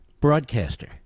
broadcaster